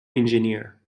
engineer